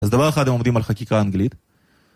אז דבר אחד הם עומדים על חקיקה אנגלית